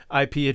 IP